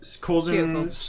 Causing